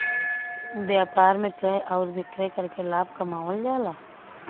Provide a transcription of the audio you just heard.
व्यापार में क्रय आउर विक्रय करके लाभ कमावल जाला